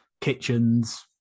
kitchens